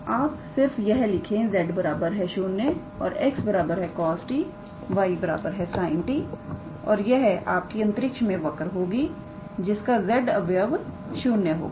तो आप सिर्फ यह लिखें 𝑧 0 और 𝑥 cos 𝑡 𝑦 sin और यह आपकी अंतरिक्ष में वर्क होगी जिसका z अवयव 0 होगा